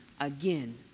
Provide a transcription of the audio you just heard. again